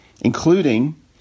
including